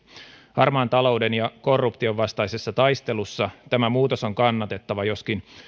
harmaan talouden ja korruption vastaisessa taistelussa tämä muutos on kannatettava joskin